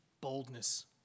boldness